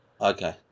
okay